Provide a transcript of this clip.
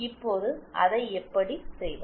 இப்போது அதை எப்படி செய்வது